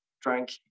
drank